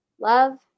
love